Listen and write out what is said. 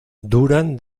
duran